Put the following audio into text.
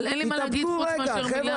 אבל אין לי מה להגיד חוץ ממילה אחת.